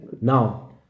now